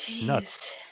Nuts